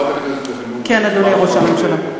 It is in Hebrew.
חברת הכנסת יחימוביץ, כן, אדוני ראש הממשלה.